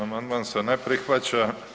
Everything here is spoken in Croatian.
Amandman se ne prihvaća.